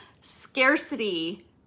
scarcity